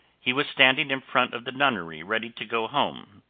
he was standing in front of the nunnery ready to go home.